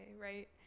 right